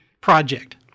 project